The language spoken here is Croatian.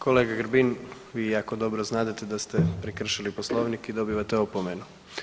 Kolega Grbin, vi jako dobro znadete da ste prekršili Poslovnik i dobivate opomenu.